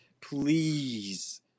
Please